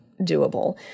doable